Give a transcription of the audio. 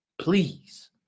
Please